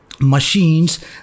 machines